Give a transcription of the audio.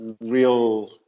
real